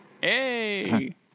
Hey